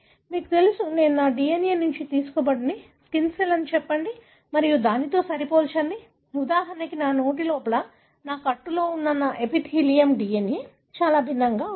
మీకు తెలుసు నేను నా DNA నుండి తీసుకోబడినదిస్కిన్ సెల్ అని చెప్పండి మరియు దానితో సరిపోల్చండి ఉదాహరణకు నా నోటి లోపల నా కట్టులో ఉన్న నా ఎపిథీలియం DNA చాలా భిన్నంగా ఉండదు